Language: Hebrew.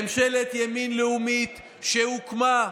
ממשלת ימין לאומית שהוקמה.